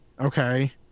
Okay